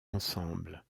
ensemble